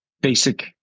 basic